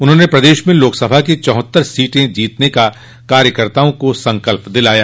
उन्होंने प्रदेश में लोकसभा की चौहत्तर सीट जीतने का कार्यकर्ताओं को संकल्प दिलाया